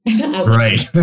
Right